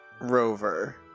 Rover